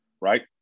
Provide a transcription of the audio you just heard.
Right